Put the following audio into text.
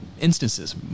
instances